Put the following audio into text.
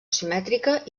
simètrica